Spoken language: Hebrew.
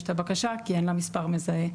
בכלל את הבקשה כי אין לה מספר מזהה.